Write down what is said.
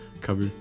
cover